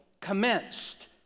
commenced